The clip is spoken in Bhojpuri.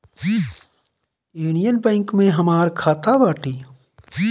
यूनियन बैंक में हमार खाता बाटे